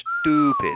Stupid